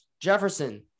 Jefferson